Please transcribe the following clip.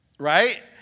Right